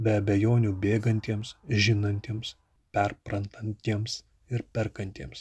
be abejonių bėgantiems žinantiems perprantantiems ir perkantiems